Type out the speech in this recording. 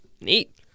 Neat